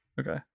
Okay